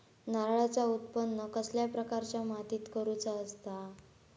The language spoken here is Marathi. नारळाचा उत्त्पन कसल्या प्रकारच्या मातीत करूचा असता?